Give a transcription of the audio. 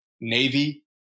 Navy